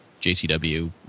jcw